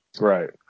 right